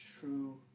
True